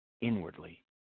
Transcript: inwardly